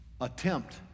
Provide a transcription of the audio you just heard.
Attempt